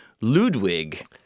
Ludwig